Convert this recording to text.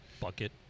bucket